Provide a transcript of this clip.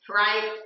right